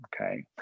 Okay